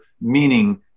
meaning